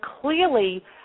clearly